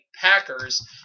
Packers